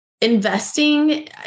investing